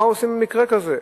מה עושים במקרה כזה.